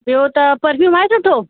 ॿियो त परफ़्यूम आहे सुठो